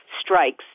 strikes